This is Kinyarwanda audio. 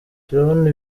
turabona